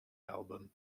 album